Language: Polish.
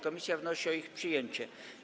Komisja wnosi o ich przyjęcie.